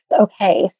okay